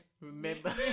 Remember